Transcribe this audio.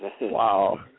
Wow